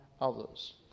others